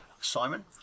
Simon